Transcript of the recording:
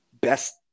best